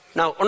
Now